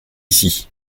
ici